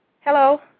Hello